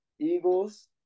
Eagles